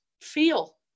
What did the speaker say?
feel